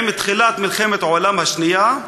עם תחילת מלחמת העולם השנייה.